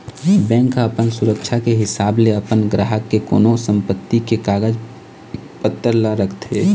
bank ह अपन सुरक्छा के हिसाब ले अपन गराहक के कोनो संपत्ति के कागज पतर ल रखथे